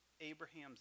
Abraham's